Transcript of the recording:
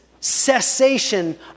cessation